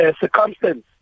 circumstance